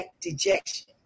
dejection